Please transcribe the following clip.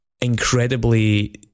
incredibly